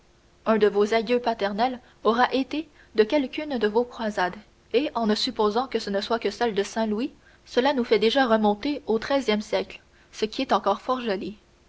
un de vos aïeux paternels aura été de quelqu'une de vos croisades et en supposant que ce ne soit que celle de saint louis cela nous fait déjà remonter au treizième siècle ce qui est encore fort joli